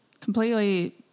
completely